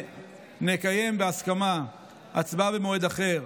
שנקיים בהסכמה הצבעה במועד אחר,